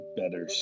better